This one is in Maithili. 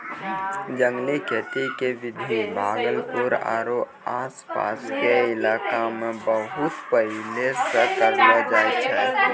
जंगली खेती के विधि भागलपुर आरो आस पास के इलाका मॅ बहुत पहिने सॅ करलो जाय छै